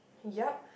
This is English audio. yep